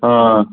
आं